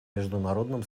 международном